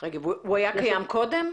הוא היה קיים קודם?